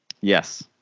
yes